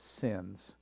sins